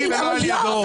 זה התפקיד שלהם.